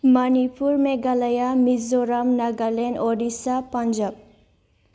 Manipur Meghalaya Mizoram Nagaland Orissa Punjab